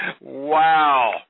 Wow